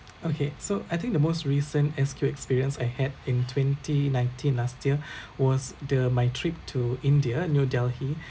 okay so I think the most recent S_Q experience I had in twenty nineteen last year was the my trip to india new delhi